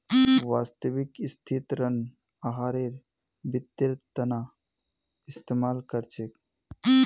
वास्तविक स्थितित ऋण आहारेर वित्तेर तना इस्तेमाल कर छेक